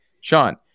Sean